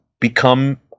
become